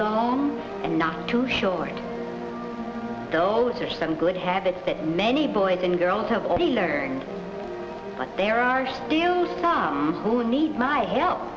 long and not too short those are some good habits that many boys and girls have already learned but there are still some who need my help